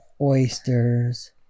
oysters